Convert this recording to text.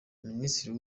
minisiteri